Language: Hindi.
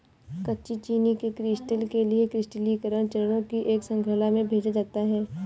कच्ची चीनी के क्रिस्टल के लिए क्रिस्टलीकरण चरणों की एक श्रृंखला में भेजा जाता है